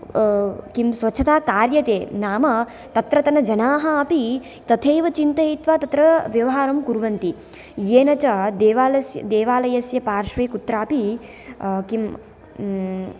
किं स्वच्छता कार्यते नाम तत्रतन जनाः अपि तथैव चिन्तयित्वा व्यवहारं कुर्वन्ति येन च देवालयस् देवालयस्य पार्श्वे कुत्रापि किं